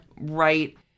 right